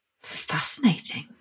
fascinating